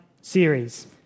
series